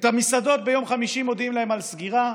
המסעדות, ביום חמישי מודיעים להן על סגירה,